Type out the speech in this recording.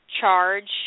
charge